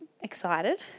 Excited